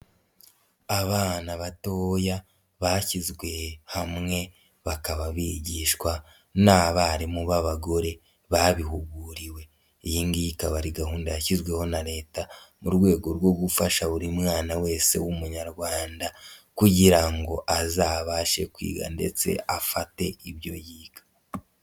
Abana batoya bashyizwe hamwe bakaba bigishwa n'abarimu b'abagore babihuguriwe iyi ngiyi ikaba ari gahunda yashyizweho na Leta mu rwego rwo gufasha buri mwana wese w'umunyarwanda kugira ngo azabashe kwiga ndetse afate ibyo yiga.